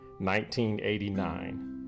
1989